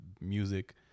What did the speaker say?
music